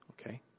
okay